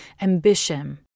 ambition